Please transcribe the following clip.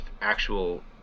actual